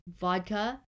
vodka